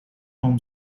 home